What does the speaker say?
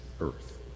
earth